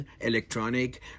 electronic